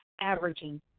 averaging